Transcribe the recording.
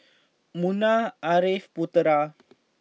Munah Ariff Putera